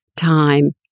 time